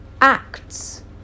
acts